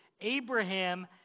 Abraham